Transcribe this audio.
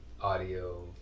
audio